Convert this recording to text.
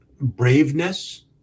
braveness